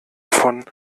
von